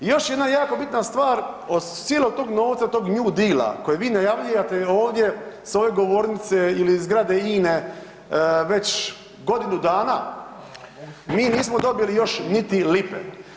Još jedna jako bitna stvar, od cijelog tog novca, od tog New Deala kojeg vi najavljivate ovdje s ove govornice ili iz zgrade INA-e, već godinu dana mi nismo dobili još niti lipe.